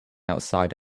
outside